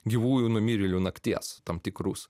gyvųjų numirėlių nakties tam tikrus